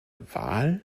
wahl